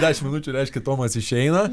dešim minučių reiškia tomas išeina